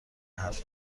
حرف